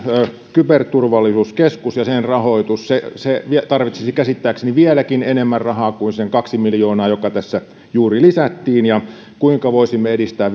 kyberturvallisuuskeskus ja sen rahoitus se tarvitsisi käsittääkseni vieläkin enemmän rahaa kuin sen kaksi miljoonaa joka tässä juuri lisättiin ja kuinka voisimme edistää